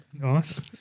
Nice